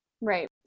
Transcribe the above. Right